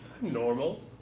Normal